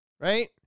Right